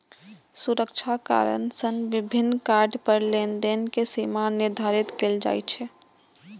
सुरक्षा कारण सं विभिन्न कार्ड पर लेनदेन के सीमा निर्धारित कैल जाइ छै